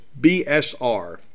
BSR